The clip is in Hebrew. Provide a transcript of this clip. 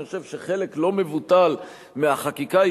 אני חושב שחלק לא מבוטל מהחקיקה הוא